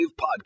podcast